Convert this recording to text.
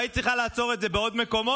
והיית צריכה לעצור את זה בעוד מקומות.